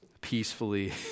peacefully